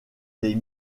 les